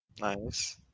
Nice